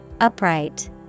Upright